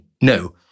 No